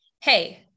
Hey